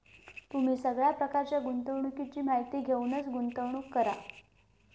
तुम्ही सगळ्या प्रकारच्या गुंतवणुकीची माहिती घेऊनच गुंतवणूक करा